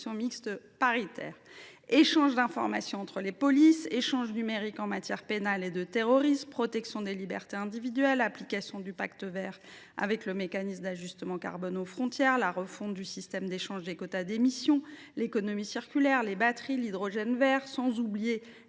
mixte paritaire. Échanges d’informations entre les polices, échanges numériques en matière pénale et de terrorisme, protection des libertés individuelles, application du Pacte vert avec le mécanisme d’ajustement carbone aux frontières, la refonte du système d’échange des quotas d’émission, l’économie circulaire, les dispositions relatives aux